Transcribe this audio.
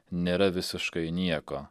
nėra visiškai nieko